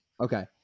Okay